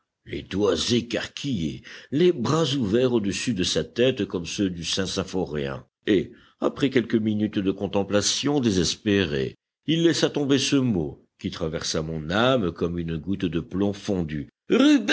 les doigts écarquillés les bras ouverts au-dessus de sa tête comme ceux du saint symphorien et après quelques minutes de contemplation désespérée il laissa tomber ce mot qui traversa mon âme comme une goutte de plomb fondu